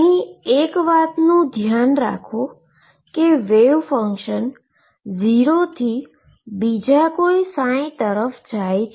અહી એક વાતનુ ધ્યાન રાખો કે વેવ ફંક્શન 0 થી બીજા કોઈ ψ તરફ જાય છે